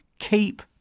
Keep